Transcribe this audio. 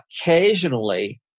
occasionally